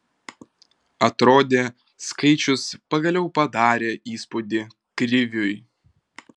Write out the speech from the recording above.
atrodė skaičius pagaliau padarė įspūdį kriviui